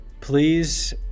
please